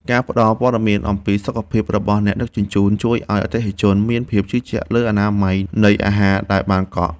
ការផ្ដល់ព័ត៌មានអំពីសុខភាពរបស់អ្នកដឹកជញ្ជូនជួយឱ្យអតិថិជនមានភាពជឿជាក់លើអនាម័យនៃអាហារដែលបានកក់។